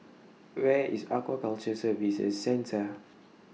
Where IS Aquaculture Services Centre